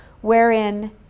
wherein